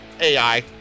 AI